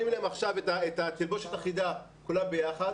להם עכשיו את התלבושת אחידה כולם ביחד,